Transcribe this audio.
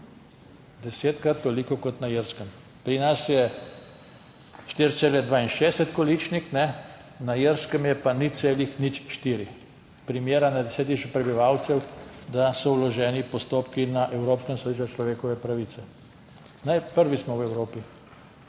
Desetkrat toliko kot na Irskem. Pri nas je 4,62 količnik, na Irskem je pa 0,04 primera na 10 tisoč prebivalcev, da so vloženi postopki na Evropskem sodišču za človekove pravice. Prvi smo v Evropi.